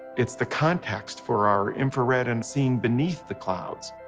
it's the context for our infrared and seeing beneath the clouds.